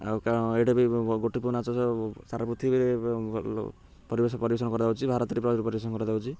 ଆଉ କାଣ ଏଇଟା ବି ଗୋଟିପୁଅ ନାଚ ସାରା ପୃଥିବୀରେ ପରିବେଶ ପରିବେଷଣ କରାଯାଉଛି ଭାରତରେ ପରିବେଷଣ କରାଯାଉଛି